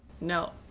no